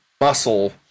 muscle